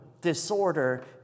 disorder